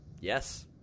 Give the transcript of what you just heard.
Yes